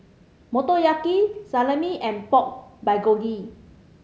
Motoyaki Salami and Pork Bulgogi